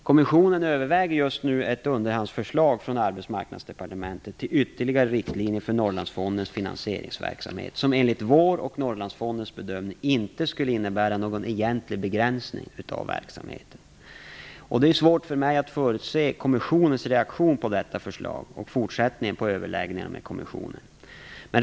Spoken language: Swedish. Kommissionen överväger just nu ett underhandsförslag från Arbetsmarknadsdepartementet till ytterligare riktlinjer för Norrlandsfondens finansieringsverksamhet, som enligt vår och Norrlandsfondens bedömning inte skulle innebära någon egentlig begränsning av verksamheten. Det är svårt för mig att förutse kommissionens reaktion på detta förslag och fortsättningen på överläggningarna med kommissionen.